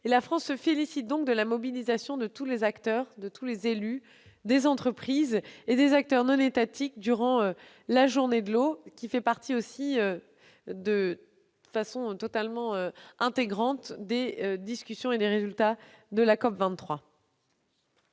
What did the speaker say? La France se félicite donc de la mobilisation de tous les acteurs, de tous les élus, des entreprises et des acteurs non étatiques durant la journée de l'eau, qui fait partie aussi, de façon totalement intégrante, des discussions et des résultats de la COP23.